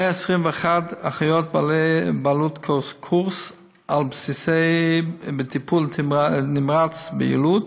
121 אחיות בעלות קורס-על בסיסי בטיפול נמרץ ביילוד